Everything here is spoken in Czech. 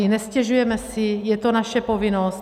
Nestěžujeme si, je to naše povinnost.